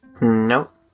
Nope